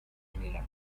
milan